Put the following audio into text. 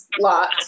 lot